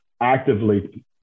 actively